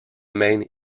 main